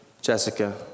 Jessica